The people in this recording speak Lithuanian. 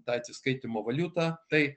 ta atsiskaitymo valiuta tai